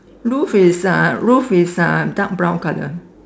roof is uh roof is uh dark brown colour